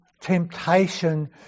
temptation